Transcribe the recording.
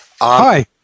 Hi